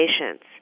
patients